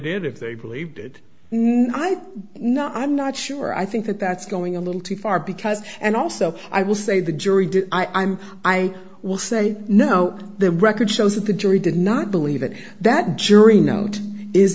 did if they believed did not i'm not i'm not sure i think that that's going a little too far because and also i will say the jury did i'm i will say no the record shows that the jury did not believe it that jury note is